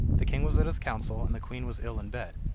the king was at his council and the queen was ill in bed,